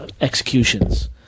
executions